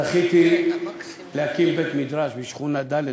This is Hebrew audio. זכיתי להקים בית-מדרש בשכונה ד'